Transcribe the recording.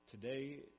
Today